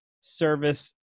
service